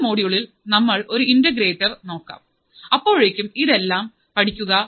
അടുത്ത മോഡ്യൂളിൽ നമുക്ക് ഒരു ഇന്റഗ്രേറ്റർ നോക്കാം അപ്പോഴേക്കും ഇതെല്ലാം പഠിക്കുക